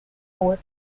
pole